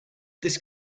this